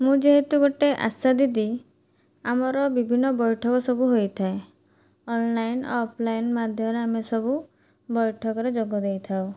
ମୁଁ ଯେହେତୁ ଗୋଟେ ଆଶା ଦିଦି ଆମର ବିଭିନ୍ନ ବୈଠକ ସବୁ ହୋଇଥାଏ ଅନ୍ଲାଇନ୍ ଅଫ୍ଲାଇନ୍ ମାଧ୍ୟମରେ ଆମେ ସବୁ ବୈଠକରେ ଯୋଗ ଦେଇଥାଉ